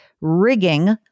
rigging